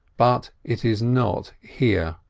but it is not here.